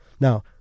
Now